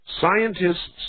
Scientists